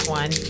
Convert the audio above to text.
one